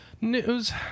News